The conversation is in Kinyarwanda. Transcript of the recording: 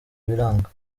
biranga